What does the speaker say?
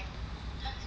!huh! so weird [one]